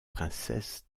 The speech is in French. princesse